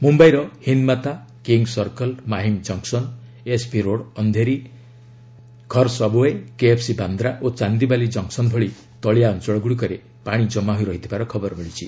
ମୁମ୍ଭାଇର Hindmata king circle Mahim junction SV road Andheri Khar subway KFC Bandra ଓ Chandivali junction ଭଳି ତଳିଆ ଅଞ୍ଚଳଗୁଡ଼ିକରେ ପାଣି ଜମା ହୋଇ ରହିଥିବାର ଖବର ମିଳିଛି